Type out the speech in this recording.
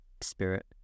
spirit